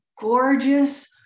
gorgeous